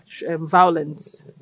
violence